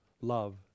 love